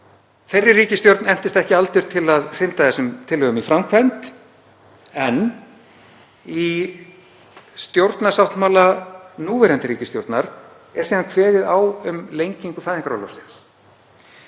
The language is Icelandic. Þeirri ríkisstjórn entist ekki aldur til að hrinda þessum tillögum í framkvæmd en í stjórnarsáttmála núverandi ríkisstjórnar er síðan kveðið á um lengingu fæðingarorlofsins.